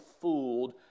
fooled